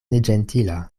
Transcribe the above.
neĝentila